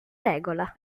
regola